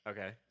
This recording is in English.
Okay